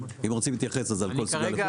אם רוצים להתייחס אז על כל סוגיה